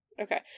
Okay